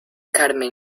carmen